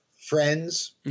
Friends